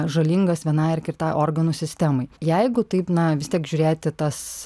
žalingas vienai ar kitai organų sistemai jeigu taip na vis tiek žiūrėti tas